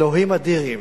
אלוהים אדירים,